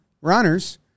runners